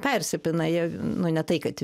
persipina jie nu ne tai kad